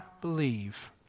believe